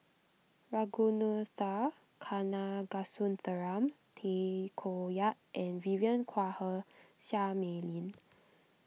Ragunathar Kanagasuntheram Tay Koh Yat and Vivien Quahe Seah Mei Lin